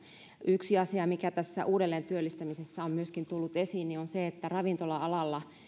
yksi asia mikä tässä uudelleentyöllistämisessä on myöskin tullut esiin on se että ravintola alalla